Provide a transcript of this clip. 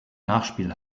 nachspiel